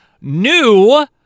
New